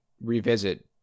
revisit